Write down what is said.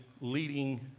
leading